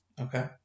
Okay